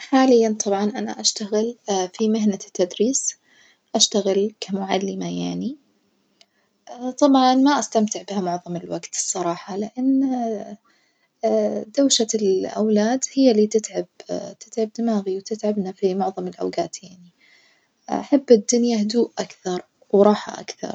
حاليًا طبعًا أنا أشتغل في مهنة التدريس، أشتغل كمعلمة يعني طبعًا ما أستمتع بها معظم الوجت الصراحة لأن دوشة الأولاد هي اللي تتعب تتعب دماغي وتتعبنا في معظم الأوجات يعني، أحب الدنيا هدوء أكثر وراحة أكثر.